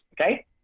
Okay